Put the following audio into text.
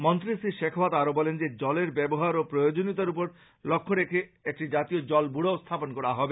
মন্ত্রী শ্রী শেখাওয়াত আরো বলেন যে জলের ব্যবহার ও প্রয়োজনীয়তার উপর লক্ষ্য রেখে একটি জাতীয় জল ব্যুরোও স্থাপন করা হবে